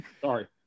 Sorry